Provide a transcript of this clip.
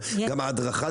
גם ההדרכה,